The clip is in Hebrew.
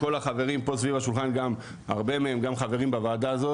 רוב החברים פה סביב השולחן גם חברים בוועדה הזו